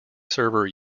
server